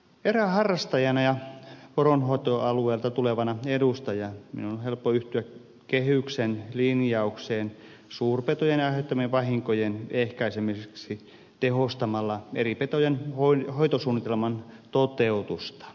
eräharrastajana ja poronhoitoalueelta tulevana edustajana minun on helppo yhtyä kehyksen linjaukseen suurpetojen aiheuttamien vahinkojen ehkäisemiseksi tehostamalla eri petojen hoitosuunnitelman toteutusta